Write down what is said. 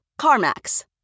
CarMax